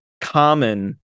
common